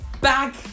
back